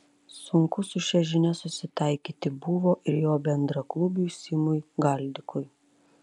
sunku su šia žinia susitaikyti buvo ir jo bendraklubiui simui galdikui